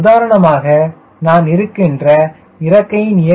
உதாரணமாக நான் இருக்கின்ற இறக்கையின் a